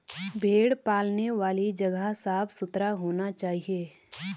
भेड़ पालने वाली जगह साफ सुथरा होना चाहिए